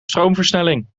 stroomversnelling